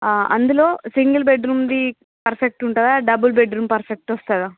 అందులో సింగిల్ బెడ్రూమ్ది పర్ఫెక్ట్ ఉంటుందా డబుల్ బెడ్రూమ్ పర్ఫెక్ట్ వస్తుందా